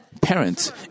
Parents